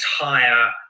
entire